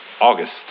August